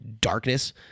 darkness